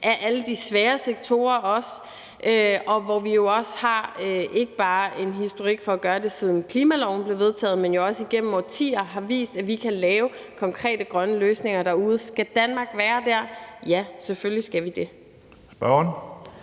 af alle de svære sektorer. Og vi har jo ikke bare en historik af at gøre det, siden klimaloven blev vedtaget, men igennem årtier har vi vist, at vi kan lave konkrete grønne løsninger derude. Skal Danmark være der? Ja, selvfølgelig skal vi det.